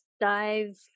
dive